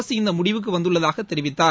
அரசு இந்த முடிவுக்கு வந்துள்ளதாக தெரிவித்தார்